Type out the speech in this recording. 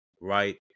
right